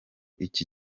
iki